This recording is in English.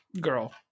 girl